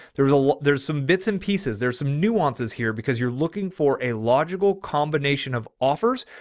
there was a, there's some bits and pieces. there's some nuances here because you're looking for a logical combination of offers.